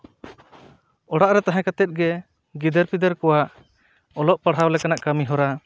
ᱚᱲᱟᱜ ᱨᱮ ᱛᱟᱦᱮᱸ ᱠᱟᱛᱮᱫ ᱜᱮ ᱜᱤᱫᱟᱹᱨ ᱯᱤᱫᱟᱹᱨ ᱠᱚᱣᱟᱜ ᱚᱞᱚᱜ ᱯᱟᱲᱦᱟᱣ ᱞᱮᱠᱟᱱᱟᱜ ᱠᱟᱹᱢᱤᱦᱚᱨᱟ